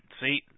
See